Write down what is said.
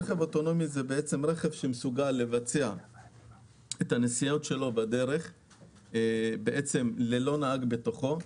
רכב אוטונומי זה רכב שמסוגל לבצע את הנסיעות שלו בדרך בלי נהג בתוכו.